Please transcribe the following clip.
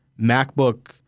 MacBook